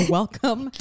welcome